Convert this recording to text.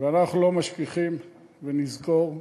ואנחנו לא משכיחים, ונזכור,